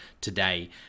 today